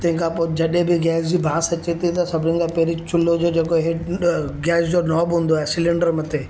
तंहिंखा पोइ जॾहिं बि गैस जी बांस अचे थी त सभिनि खां पहिरीं चुल्हो जो जेको हेठि गैस जो नॉब हूंदो आहे सिलैंडर ओ मथे